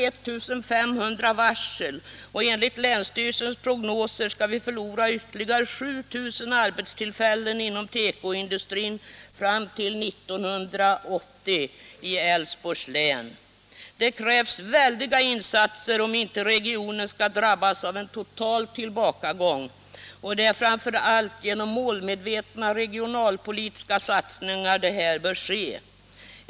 I 500 varsel, och enligt länsstyrelsens prognoser skall vi i Älvsborgs län förlora ytterligare 7 000 arbetstillfällen inom tekoindustrin fram till 1980. Det krävs väldiga insatser om inte regionen skall drabbas av en total tillbakagång, och det är framför allt genom målmedvetna regionalpolitiska satsningar detta bör ske.